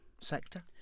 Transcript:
sector